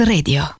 Radio